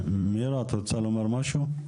מירה, את רוצה לומר משהו?